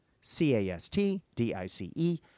c-a-s-t-d-i-c-e